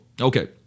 okay